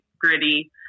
gritty